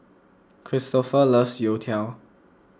Kristoffer loves Youtiao